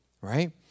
right